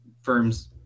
firms